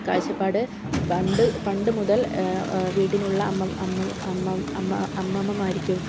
കാഴ്ചപ്പാട് പണ്ട് പണ്ട്മുതൽ വീട്ടിലുള്ള അമ്മ അമ്മ അമ്മ അമ്മ അമ്മമ്മാരിക്കും